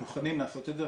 מוכנים לעשות את זה.